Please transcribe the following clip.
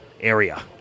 area